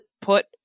put